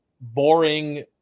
boring